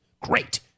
Great